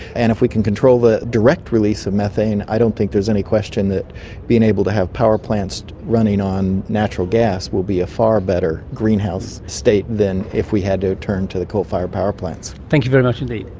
and if we can control the direct release of methane, i don't think there's any question that being able to have power plants running on natural gas will be a far better greenhouse state than if we had to turn to the coal-fired power plants. thank you very much indeed.